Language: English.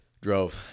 drove